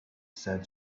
said